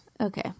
Okay